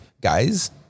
guys